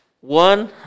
one